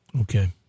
Okay